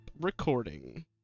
recording